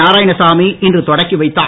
நாராயணசாமி இன்று தொடக்கிவைத்தார்